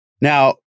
Now